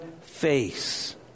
face